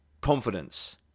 confidence